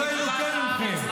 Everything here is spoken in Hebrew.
זה לא ינוקה מכם.